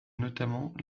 notamment